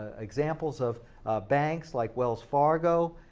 ah examples of banks like wells fargo,